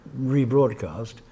rebroadcast